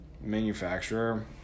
manufacturer